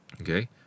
Okay